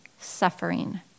suffering